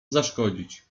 zaszkodzić